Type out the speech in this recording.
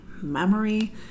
memory